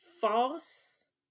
False